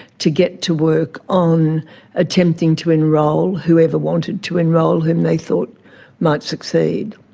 to get to work on attempting to enrol whoever wanted to enrol whom they thought might succeed.